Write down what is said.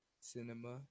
cinema